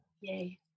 yay